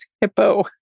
Hippo